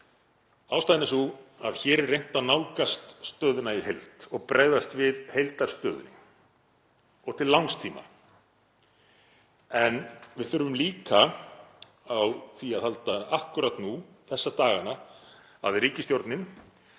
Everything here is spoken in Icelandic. Ástæðan er sú að hér er reynt að nálgast stöðuna í heild og bregðast við heildarstöðunni og til langs tíma. En við þurfum líka á því að halda akkúrat nú þessa dagana að ríkisstjórnin